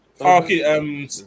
Okay